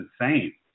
insane